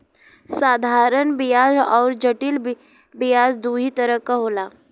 साधारन बियाज अउर जटिल बियाज दूई तरह क होला